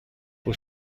που